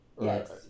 Yes